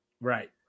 Right